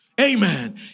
Amen